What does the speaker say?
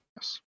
Yes